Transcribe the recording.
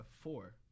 four